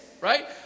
right